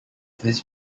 this